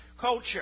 culture